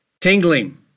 tingling